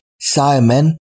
Simon